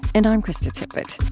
and i'm krista tippett